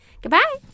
Goodbye